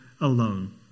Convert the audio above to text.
alone